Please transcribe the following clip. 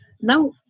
now